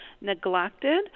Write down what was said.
neglected